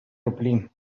problem